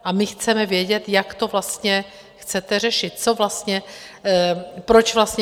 A my chceme vědět, jak to vlastně chcete řešit, co vlastně, proč vlastně...